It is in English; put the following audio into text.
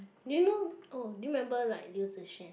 did you know oh do you remember like Liu Zi Xuan